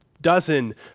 dozen